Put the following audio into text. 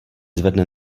zvedne